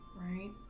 right